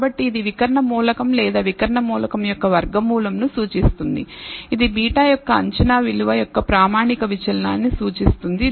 కాబట్టి ఇది వికర్ణ మూలకం లేదా వికర్ణ మూలకం యొక్క వర్గమూలం సూచిస్తుంది ఇది β యొక్క అంచనా విలువ యొక్క ప్రామాణిక విచలనాన్ని సూచిస్తుంది